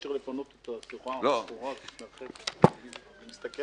כמו לפנות את הסחורה שהגיעה לאותו אדם.